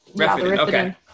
okay